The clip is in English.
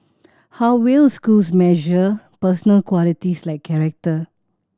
how will schools measure personal qualities like character